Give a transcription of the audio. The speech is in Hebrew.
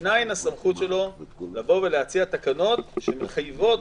מניין הסמכות שלו להציע תקנות שמחייבות